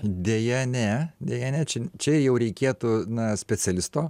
deja ne deja ne čia čia jau reikėtų na specialisto